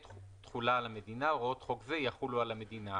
65ב.תחולה על המדינה הוראות חוק זה יחולו גם על המדינה.